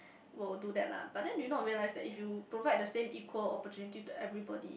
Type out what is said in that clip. will do that lah but then do you not realize that if you provide the same equal opportunity to everybody